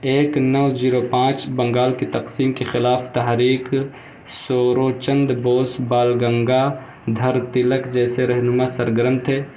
ایک نو زیرو پانچ بنگال کی تقسیم کے خلاف تحریک سورو چند بوس بال گنگا دھر تلک جیسے رہنما سرگرم تھے